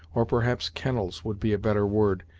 or perhaps kennels would be a better word,